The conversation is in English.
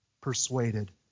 persuaded